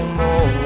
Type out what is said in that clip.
more